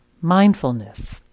mindfulness